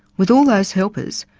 with all those helpers,